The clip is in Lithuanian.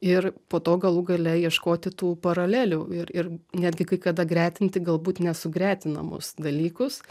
ir po to galų gale ieškoti tų paralelių ir ir netgi kai kada gretinti galbūt nesugretinamus dalykus